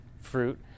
fruit